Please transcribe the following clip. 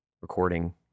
recording